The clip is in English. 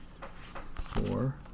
four